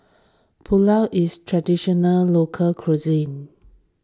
Pulao is Traditional Local Cuisine